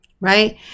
right